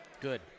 Good